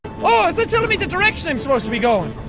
oh, is that telling me the direction i'm supposed to be going?